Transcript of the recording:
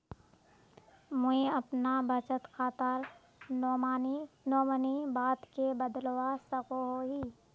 मुई अपना बचत खातार नोमानी बाद के बदलवा सकोहो ही?